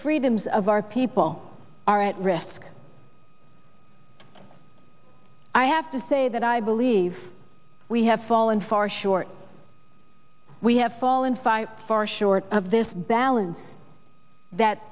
freedoms of our people are at risk i have to say that i believe we have fallen far short we have fallen fire far short of this balance that